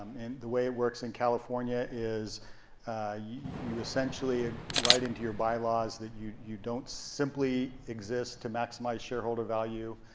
and the way it works in california is you essentially ah write into your bylaws that you you don't simply exist to maximize shareholder value,